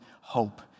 hope